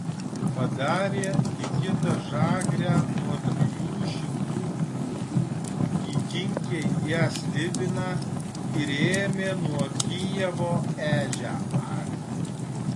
padarė nikita žagrę nuo trijų šimtų pūdų įkinkė į ją slibiną ir ėmė nuo kijevo ežią arti